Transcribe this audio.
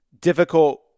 difficult